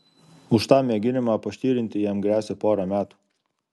už tą mėginimą paštirinti jam gresia pora metų